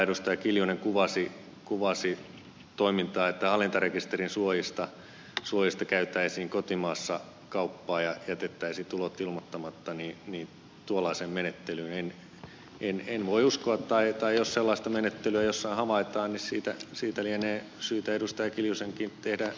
kimmo kiljunen kuvasi toimintaa että hallintarekisterin suojista käytäisiin kotimaassa kauppaa ja jätettäisiin tulot ilmoittamatta tuollaiseen menettelyyn en voi uskoa tai jos sellaista menettelyä jossain havaitaan niin siitä lienee syytä ed